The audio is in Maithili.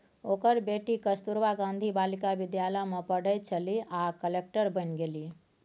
ओकर बेटी कस्तूरबा गांधी बालिका विद्यालय मे पढ़ैत छलीह आ कलेक्टर बनि गेलीह